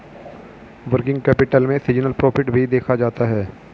working capital में seasonal profit भी देखा जाता है